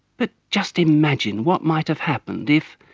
but just imagine what might have happened if,